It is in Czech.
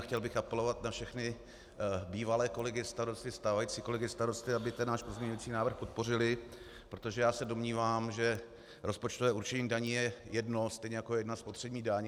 Chtěl bych apelovat na všechny bývalé kolegy starosty, stávající kolegy starosty, aby náš pozměňovací návrh podpořili, protože se domnívám, že rozpočtové určení daní je jedno, stejně jako jedna spotřební daň.